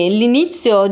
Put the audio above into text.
l'inizio